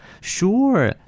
Sure